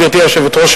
גברתי היושבת-ראש,